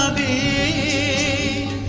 a